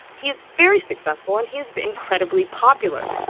he is very successful and he is incredibly popular.